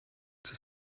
zur